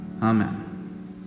Amen